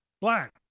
black